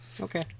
Okay